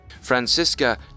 Francisca